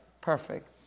perfect